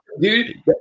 Dude